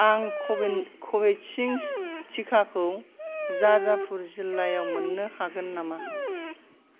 आं कवेक्सिन टिकाखौ जाजापुर जिल्लायाव मोननो हागोन नामा